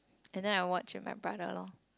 and then I watch with my brother lor